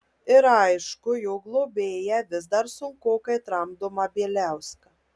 ir aišku jo globėją vis dar sunkokai tramdomą bieliauską